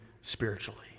spiritually